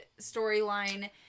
storyline